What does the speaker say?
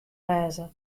wêze